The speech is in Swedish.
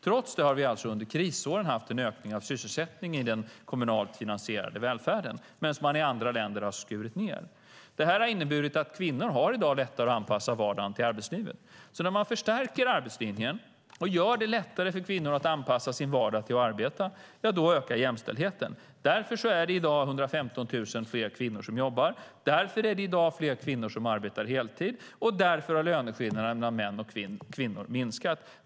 Trots det har vi under krisåren haft en ökning av sysselsättningen inom den kommunalt finansierade välfärden, medan man i andra länder har skurit ned. Det har inneburit att kvinnor i dag har lättare att anpassa vardagen till arbetslivet. När man förstärker arbetslinjen och gör det lättare för kvinnor att anpassa sin vardag till att arbeta, då ökar jämställdheten. Därför är det i dag 115 000 fler kvinnor som jobbar. Därför är det i dag fler kvinnor som arbetar heltid. Och därför har löneskillnaderna mellan män och kvinnor minskat.